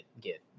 get